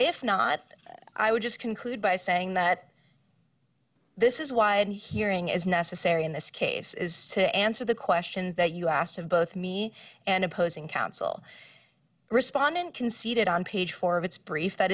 if not i would just conclude by saying that this is why and hearing is necessary in this case is to answer the questions that you asked of both me and opposing counsel respondent conceded on page four of its brief that